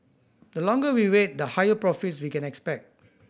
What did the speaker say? the longer we wait the higher profits we can expect